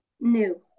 new